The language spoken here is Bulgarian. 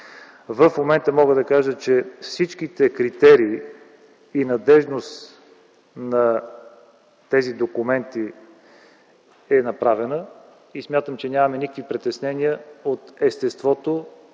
В момента мога да кажа, че всичките критерии за надеждност на тези документи са налице. Смятам, че нямаме никакви притеснения от естеството